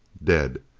dead.